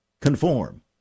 conform